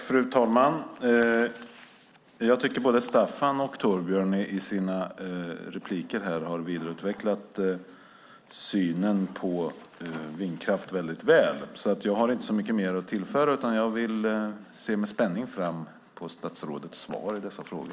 Fru talman! Jag tycker att både Staffan och Torbjörn i sina inlägg har vidareutvecklat synen på vindkraft väldigt väl. Jag har inte så mycket mer att tillföra utan ser med spänning fram emot statsrådets svar på dessa frågor.